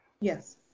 Yes